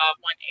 one